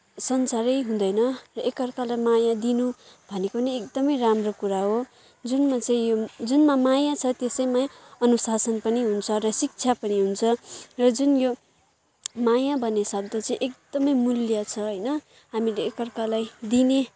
संसारै हुँदैन र एक अर्कालाई माया दिनु भनेको नि एकदमै राम्रो कुरा हो जुनमा चाहिँ यो जुनमा माया छ त्यसैमा अनुशासन पनि हुन्छ र शिक्षा पनि हुन्छ र जुन यो माया भन्ने शब्द चाहिँ एकदमै मूल्य छ होइन हामीले एक अर्कालाई दिने